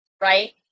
right